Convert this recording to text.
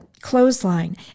clothesline